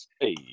Hey